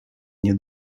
nie